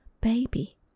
baby